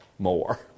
more